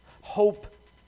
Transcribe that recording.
Hope